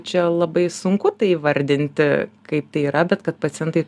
čia labai sunku tai įvardinti kaip tai yra bet kad pacientai